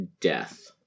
death